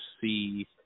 see